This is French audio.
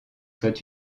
soit